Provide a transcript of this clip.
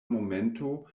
momento